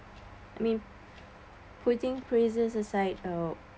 I mean putting praises aside or